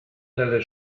delle